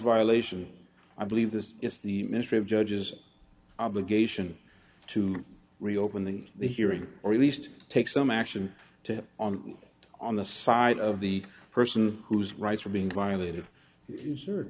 violation i believe this is the ministry of judges obligation to reopening the hearing or at least take some action on on the side of the person whose rights are being violated